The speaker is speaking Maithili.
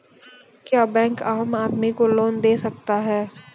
क्या बैंक आम आदमी को लोन दे सकता हैं?